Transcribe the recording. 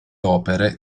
opere